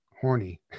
horny